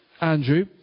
Andrew